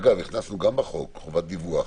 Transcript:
אגב, הכנסנו גם בחוק חובת דיווח,